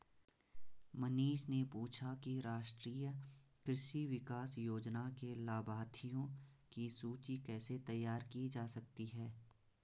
मनीष ने पूछा कि राष्ट्रीय कृषि विकास योजना के लाभाथियों की सूची कैसे तैयार की जा सकती है